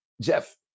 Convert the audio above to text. Jeff